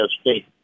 State